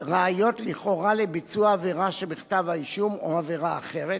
ראיות לכאורה לביצוע העבירה שבכתב-האישום או עבירה אחרת,